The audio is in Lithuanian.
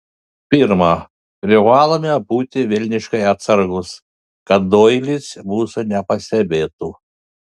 pirma privalome būti velniškai atsargūs kad doilis mūsų nepastebėtų